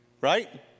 Right